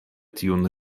tiun